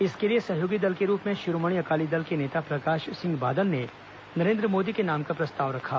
इसके लिए सहयोगी दल के रूप में शिरोमणि अकाली दल के नेता प्रकाश सिंह बादल ने नरेन्द्र मोदी के नाम का प्रस्ताव रखा